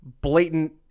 blatant